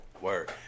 Word